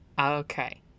Okay